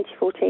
2014